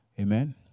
Amen